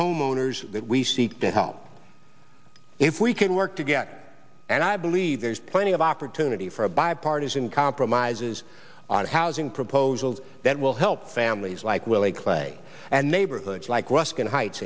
homeowners that we seek to help if we can work together and i believe there's plenty of opportunity for a bipartisan compromises on housing proposals that will help families like willie clay and neighborhoods like ruskin heights